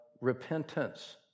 repentance